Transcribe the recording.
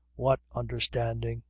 what understanding?